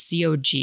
COG